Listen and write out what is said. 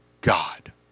God